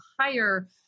higher